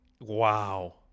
Wow